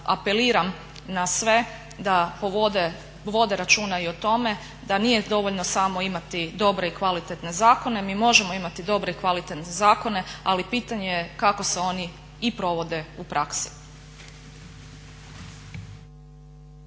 apeliram na sve da vode računa i o tome da nije dovoljno samo imati dobre i kvalitetne zakone. Mi možemo imati dobre i kvalitetne zakone, ali pitanje je kako se oni i provode u praksi.